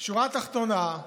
השורה התחתונה?